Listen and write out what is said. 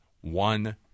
one